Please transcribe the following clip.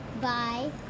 Bye